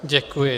Děkuji.